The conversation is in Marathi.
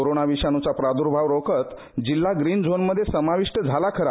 कोरोना विषाणूंचा प्रादर्भाव रोखत जिल्हा ग्रीन झोन मध्ये समाविष्ट झाला खरा